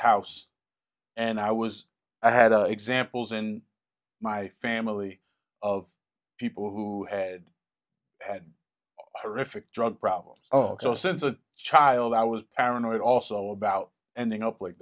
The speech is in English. house and i was i had a examples in my family of people who had had her ific drug problems oh so since a child i was paranoid also about ending up like